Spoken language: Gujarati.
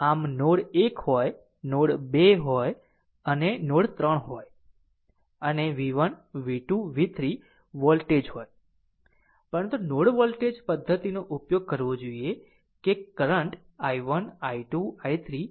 આમ નોડ 1 હોય નોડ 2 હોય અને નોડ 3 હોય અને v1 v2 v3 વોલ્ટેજ હોય પરંતુ નોડ વોલ્ટેજ પદ્ધતિનો ઉપયોગ કરવો જોઈએ કે કરંટ i1 i 2 i3 પછી r i4 છે